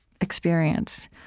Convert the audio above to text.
experience